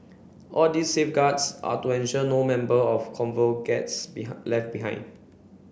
all these safeguards are to ensure no member of the convoy gets left behind